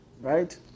Right